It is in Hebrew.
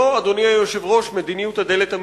זו, אדוני היושב-ראש, מדיניות הדלת המסתובבת.